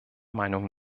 meinung